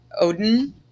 Odin